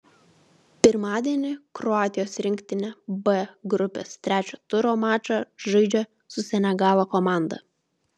pirmadienį kroatijos rinktinė b grupės trečio turo mačą žaidžia su senegalo komanda